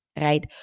right